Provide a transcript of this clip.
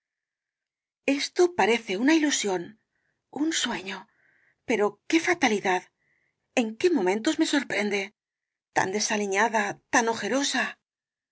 esto parece una ilusión un sueño pero qué fatalidad en qué momentos me sorprende tan desaliñada tan ojerosa